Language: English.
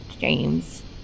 James